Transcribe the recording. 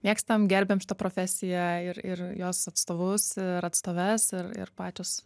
mėgstam gerbiam šitą profesiją ir ir jos atstovus ir atstoves ir ir pačios